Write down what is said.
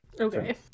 Okay